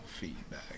feedback